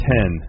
Ten